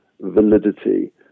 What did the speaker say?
validity